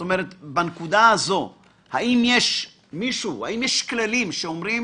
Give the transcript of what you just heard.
האם יש כללים שאומרים